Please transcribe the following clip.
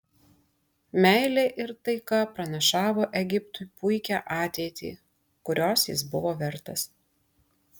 meilė ir taika pranašavo egiptui puikią ateitį kurios jis buvo vertas